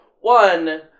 One